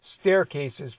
staircases